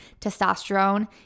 testosterone